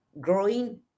Growing